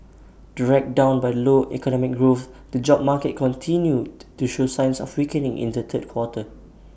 dragged down by low economic growth the job market continued to show signs of weakening in the third quarter